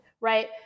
right